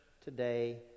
today